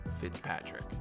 Fitzpatrick